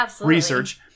research